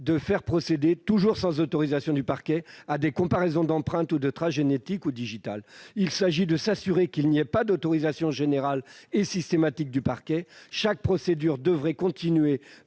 de faire procéder, toujours sans autorisation du parquet, à des comparaisons d'empreintes ou de traces génétiques ou digitales. Il s'agit de s'assurer qu'il n'y a pas d'autorisation générale et systématique du parquet. Chaque procédure devrait continuer